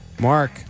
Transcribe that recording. Mark